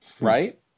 right